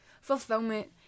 fulfillment